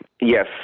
Yes